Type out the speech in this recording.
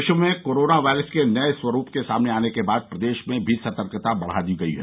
विश्व में corona virus के नये स्वरूप के सामने आने के बाद प्रदेश में भी सतर्कता बढ़ा दी गई है